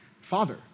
father